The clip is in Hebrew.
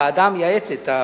הוועדה המייעצת,